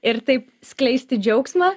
ir taip skleisti džiaugsmą